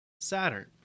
saturn